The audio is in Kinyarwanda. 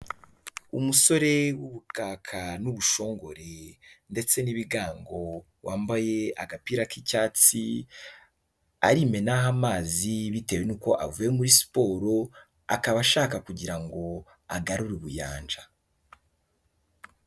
Umusore w'ubukaka n'ubushongore ndetse n'ibigango wambaye agapira k'icyatsi, arimenaho amazi bitewe n'uko avuye muri siporo, akaba ashaka kugira ngo agarure ubuyanja.